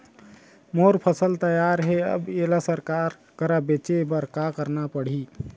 मोर फसल तैयार हे अब येला सरकार करा बेचे बर का करना पड़ही?